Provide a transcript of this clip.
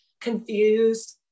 confused